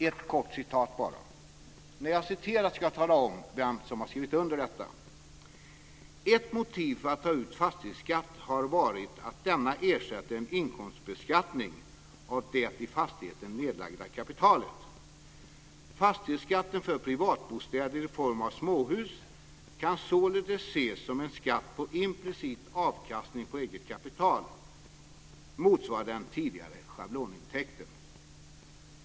Jag ska bara anföra ett kort citat - sedan ska jag tala om vilka som har skrivit under det: "Ett motiv för att ta ut fastighetsskatt har varit att denna ersätter en inkomstbeskattning av det i fastigheten nedlagda kapitalet. Fastighetsskatt för privatbostäder i form av småhus kan således ses som en skatt på implicit avkastning på eget kapital motsvarande den tidigare schablonintäkten."